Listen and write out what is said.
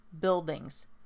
buildings